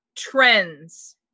trends